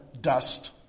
dust